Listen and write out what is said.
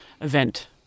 event